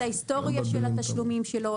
ההיסטוריה של התשלומים שלו,